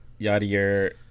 Yadier